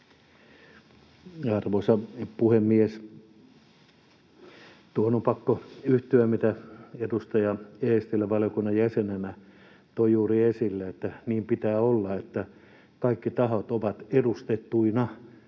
Arvoisa puhemies! Tuohon on pakko yhtyä, mitä edustaja Eestilä valiokunnan jäsenenä toi juuri esille, että niin pitää olla, että kaikki tahot ovat edustettuina